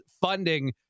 funding